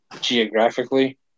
geographically